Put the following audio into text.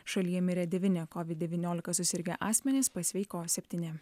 šalyje mirė devyni covid devyniolika susirgę asmenys pasveiko septyni